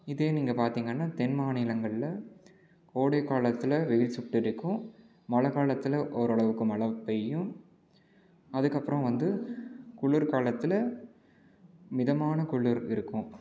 இதே நீங்கள் பார்த்திங்கன்னா தென் மாநிலங்களில் கோடை காலத்தில் வெயில் சுட்டெரிக்கும் மழை காலத்தில் ஓரளவுக்கு மழை பெய்யும் அதுக்கப்புறம் வந்து குளிர்காலத்தில் மிதமான குளிர் இருக்கும்